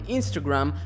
Instagram